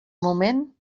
moment